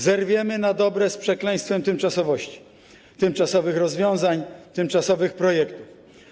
Zerwiemy na dobre z przekleństwem tymczasowości - tymczasowych rozwiązań, tymczasowych projektów.